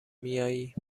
میائی